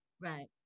right